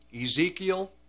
Ezekiel